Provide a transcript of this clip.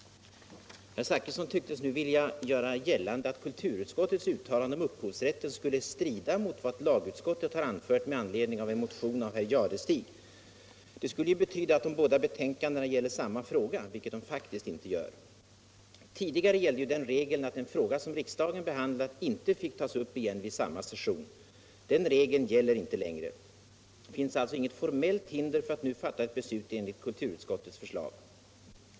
Nu tycks herr Zachrisson vilja göra gällande att kulturutskottets uttalande om upphovsrätten skulle strida mot vad lagutskottet anfört med anledning av en motion av herr Jadestig, men det skulle betyda at de båda betänkandena gäller samma fråga, vilket de faktiskt inte gör. Tidigare gällde att en fråga som riksdagen behandlat inte fick tas upp igen "vid samma session, men den regeln gäller nu inte längre. Det finns alltså inget formellt hinder att nu fatta ett beslut enligt kulturutskottets förslag.